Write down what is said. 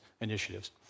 initiatives